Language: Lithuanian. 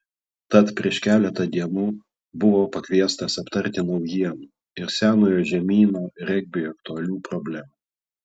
tad prieš keletą dienų buvo pakviestas aptarti naujienų ir senojo žemyno regbiui aktualių problemų